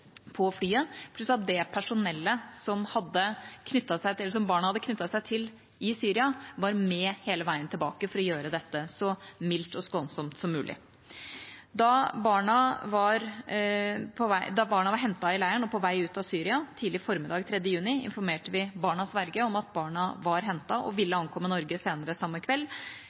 på flyet, pluss at det personellet som barna hadde knyttet seg til i Syria, var med hele veien tilbake, for å gjøre dette så mildt og skånsomt som mulig. Da barna var hentet i leiren og på vei ut av Syria, tidlig formiddag den 3. juni, informerte vi barnas verge om at barna var hentet og ville ankomme Norge senere samme kveld.